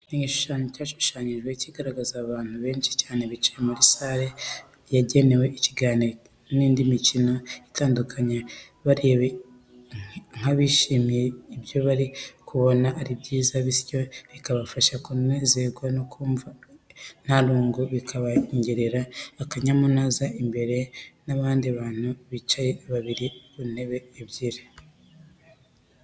Ni igishushanyo cyashushanyijwe kigaragaza abantu benshi cyane bicaye muri sare yagenewe ikinamico n'indi mikino itandukanye bareba nk'abishimiye ibyo bari kubona ari byiza, bityo bibafasha kunezerwa no kumva ntarungu bikabongerera akanyamuneza, imbere hari n'abandi bantu bicaye babiri ku ntebe ebyiri.